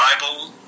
Bible